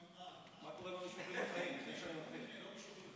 יש פה,